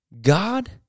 God